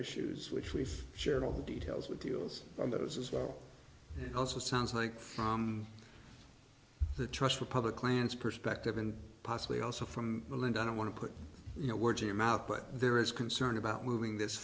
issues which we've shared all the details with deals on those as well also sounds like from the trust for public lands perspective and possibly also from bill and i don't want to put words in your mouth but there is concern about moving this